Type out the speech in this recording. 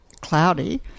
cloudy